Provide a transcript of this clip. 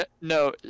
No